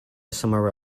somewhere